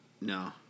no